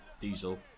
Diesel